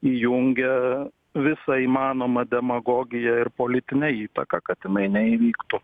įjungia visa įmanomą demagogiją ir politinę įtaką kad jinai neįvyktų